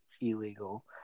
illegal